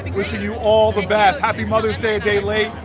wishing you all the best. happy mother's day a day late,